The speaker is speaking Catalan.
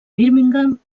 birmingham